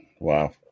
Wow